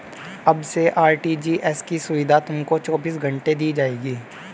अब से आर.टी.जी.एस की सुविधा तुमको चौबीस घंटे दी जाएगी